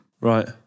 Right